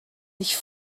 nicht